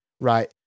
Right